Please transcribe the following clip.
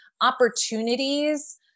opportunities